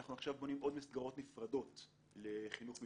שאנחנו עכשיו בונים עוד מסגרות נפרדות לחינוך מיוחד.